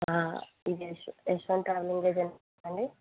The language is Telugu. యస్ యశ్వంత్ ట్రావెలింగ్ ఏజెంటేనా అండి